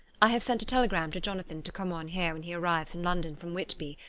i have sent a telegram to jonathan to come on here when he arrives in london from whitby.